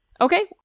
Okay